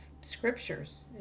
scriptures